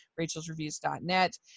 rachelsreviews.net